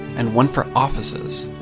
and one for offices.